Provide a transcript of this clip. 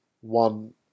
one